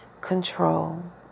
control